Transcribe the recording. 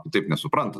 taip nesupranta